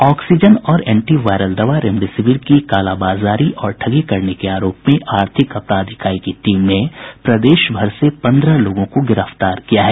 oxygen और antiviral दवा remdesivir की कालाबाजारी और ठगी करने के आरोप में आर्थिक अपराध इकाई की टीम ने प्रदेश भर से पन्द्रह लोगों को गिरफ्तार किया है